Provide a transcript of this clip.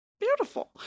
Beautiful